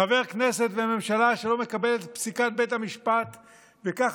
חבר כנסת וממשלה שלא מקבלים את פסיקת בית המשפט וככה,